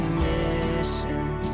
missing